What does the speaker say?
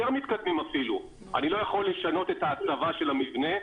מתקדמים אפילו - אני לא יכול לשנות את ההצבה של המבנה.